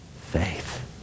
faith